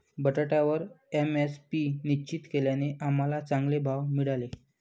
बटाट्यावर एम.एस.पी निश्चित केल्याने आम्हाला चांगले भाव मिळाले